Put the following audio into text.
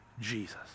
Jesus